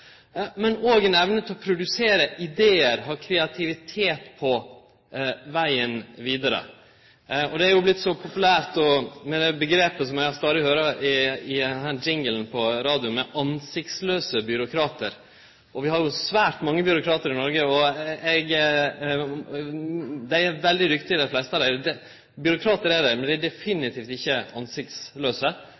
og ha ei evne til å produsere idear og vere kreativ undervegs. Det har vorte så populært det omgrepet eg stadig høyrer i jinglen på radio, om ansiktslause byråkratar. Vi har svært mange byråkratar i Noreg, og dei fleste av dei er veldig dyktige. Byråkratar er dei, men dei er definitivt ikkje ansiktslause. Tvert om har dei